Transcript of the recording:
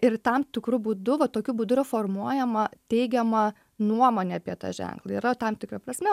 ir tam tikru būdu va tokiu būdu yra formuojama teigiama nuomonė apie tą ženklą yra tam tikra prasme